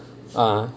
(uh huh)